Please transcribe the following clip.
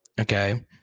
Okay